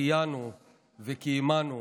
שהחיינו וקיימנו